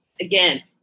again